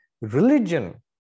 religion